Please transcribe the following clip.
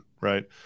Right